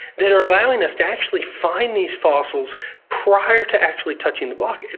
that are allowing us to actually find these fossils prior to actually touching the block.